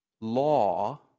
law